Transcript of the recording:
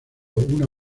una